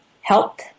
help